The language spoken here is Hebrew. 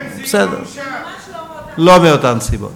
ממש לא מאותן סיבות.